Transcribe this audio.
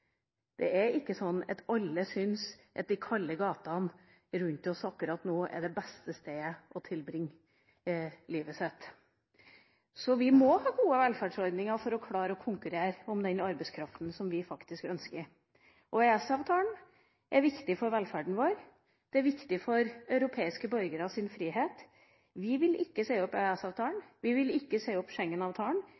Det er ikke sånn at alle syns at de kalde gatene rundt oss akkurat nå er det beste stedet å tilbringe livet sitt. Så vi må ha gode velferdsordninger for å klare å konkurrere om den arbeidskraften som vi faktisk ønsker. EØS-avtalen er viktig for velferden vår, og den er viktig for europeiske borgeres frihet. Vi vil ikke si opp